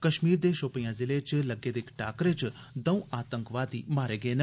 कश्मीर दे शोपियां जिले च लग्गे दे इक टाकरे च दंऊ आतंकवादी मारे गेन